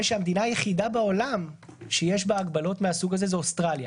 שהמדינה היחידה בעולם שיש בה הגבלות מהסוג הזה זו אוסטרליה.